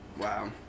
Wow